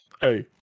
hey